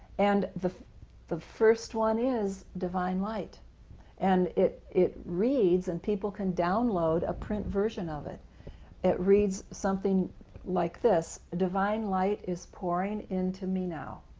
and the the first one is divine light and it it reads and people can download a print version of it it reads something like this divine light is pouring into me now,